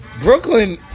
Brooklyn